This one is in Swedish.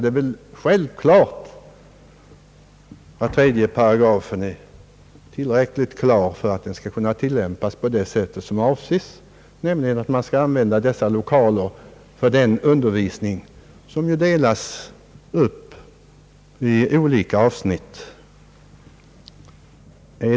Det är självklart att 3 § är tillräckligt tydlig för att den skall kunna tillämpas på det sätt som avses, nämligen att lokalerna skall användas för den undervisning som meddelas i olika former.